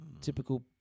typical